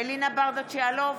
אלינה ברדץ' יאלוב,